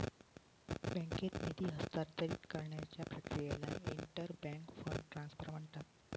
बँकेत निधी हस्तांतरित करण्याच्या प्रक्रियेला इंटर बँक फंड ट्रान्सफर म्हणतात